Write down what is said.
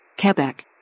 Quebec